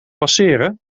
passeren